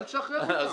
אל תשחרר אותם.